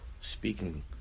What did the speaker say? Speaking